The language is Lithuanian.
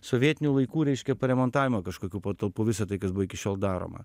sovietinių laikų reiškia paremontavimo kažkokių patalpų visa tai kas buvo iki šiol daroma